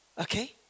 okay